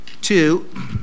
two